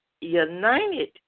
united